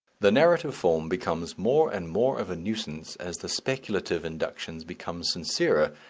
the narrative form becomes more and more of a nuisance as the speculative inductions become sincerer,